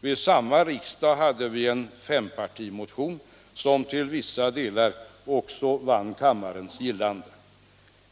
Vid samma riksmöte hade vi en fempartimotion som till vissa delar också vann kammarens gillande.